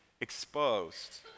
exposed